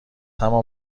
همان